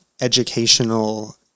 educational